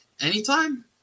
Anytime